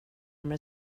mig